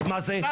אז מה זה?